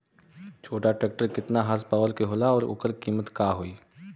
छोटा ट्रेक्टर केतने हॉर्सपावर के होला और ओकर कीमत का होई?